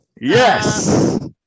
yes